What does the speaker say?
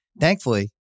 Thankfully